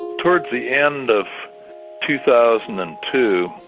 towards the end of two thousand and two,